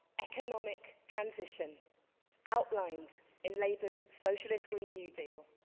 economic transition outlined in labour's socialist green new deal,